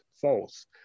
false